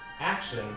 action